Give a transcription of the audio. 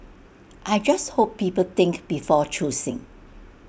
I just hope people think before choosing